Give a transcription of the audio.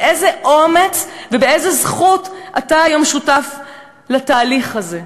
באיזה אומץ ובאיזו זכות אתה היום שותף לתהליך הזה?